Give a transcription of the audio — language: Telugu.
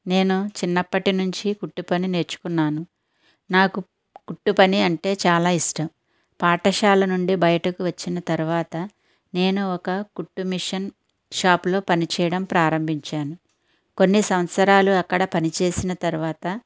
నేను చిన్నప్పటి నుంచి కుట్టు పని నేర్చుకున్నాను నాకు కుట్టు పని అంటే చాలా ఇష్టం పాఠశాల నుండి బయటకు వచ్చిన తర్వాత నేను ఒక కుట్టు మిషన్ షాప్లో పనిచేయడం ప్రారంభించాను కొన్ని సంవత్సరాలు అక్కడ పనిచేసిన తర్వాత